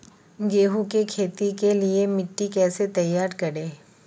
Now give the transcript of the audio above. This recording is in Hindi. गेहूँ की खेती के लिए मिट्टी कैसे तैयार करें?